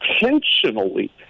intentionally